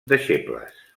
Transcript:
deixebles